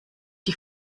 die